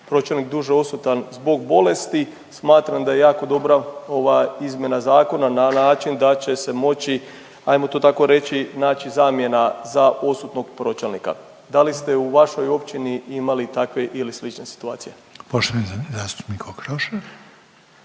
pročelnik duže odsutan zbog bolesti, smatram da je jako dobra ova izmjena zakona na način da će se moći, ajmo to tako reći naći zamjena za odsutnog pročelnika. Da li ste u vašoj općini imali takve ili slične situacije. **Reiner,